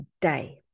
day